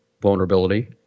vulnerability